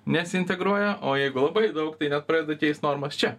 nesiintegruoja o jeigu labai daug tai net pradeda keist normas čia